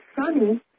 Sunny